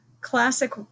classic